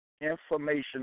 information